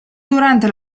durante